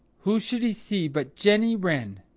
who should he see but jenny wren.